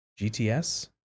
GTS